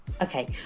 Okay